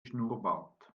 schnurrbart